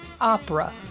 opera